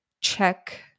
check